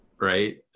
right